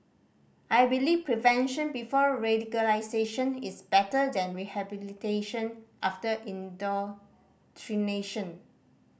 I believe prevention before radicalisation is better than rehabilitation after indoctrination